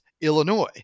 Illinois